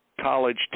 college